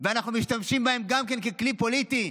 ואנחנו משתמשים בהם גם כן ככלי פוליטי.